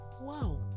Wow